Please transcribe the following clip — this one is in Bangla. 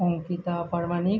অঙ্কিতা প্রামাণিক